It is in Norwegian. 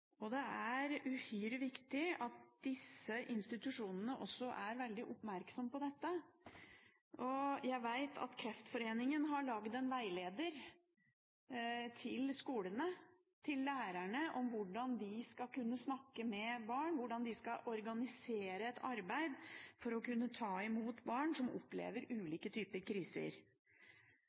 helsesøstrene. Det er uhyre viktig at disse institusjonene er veldig oppmerksomme på dette. Jeg vet at Kreftforeningen har lagd en veileder til skolene – til lærerne – om hvordan de skal snakke med barn, hvordan de skal organisere et arbeid for å kunne ta imot barn som opplever ulike typer kriser.